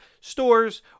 stores